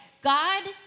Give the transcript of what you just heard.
God